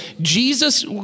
Jesus